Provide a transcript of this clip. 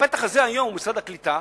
הפתח הזה היום הוא משרד הקליטה,